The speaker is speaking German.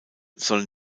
sollen